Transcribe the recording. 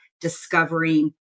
discovering